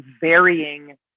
varying